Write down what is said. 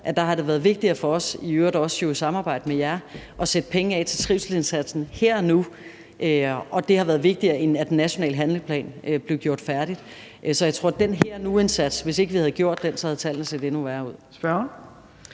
Der har det været vigtigere for os, jo i øvrigt også i samarbejde med jer, at sætte penge af til trivselsindsatsen her og nu. Det har været vigtigere, end at den nationale handlingsplan blev gjort færdig. Så jeg tror, at hvis ikke vi havde gjort den her og nu-indsats, så havde tallene set endnu værre ud.